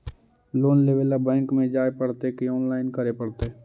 Loan लेवे ल bank में जाय पड़तै कि औनलाइन करे पड़तै?